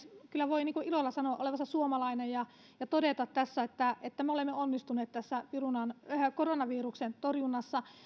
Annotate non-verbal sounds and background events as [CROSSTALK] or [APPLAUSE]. [UNINTELLIGIBLE] kyllä voi ilolla sanoa olevansa suomalainen ja ja todeta tässä että että me olemme onnistuneet tässä koronaviruksen torjunnassa